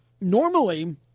Normally